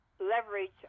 leverage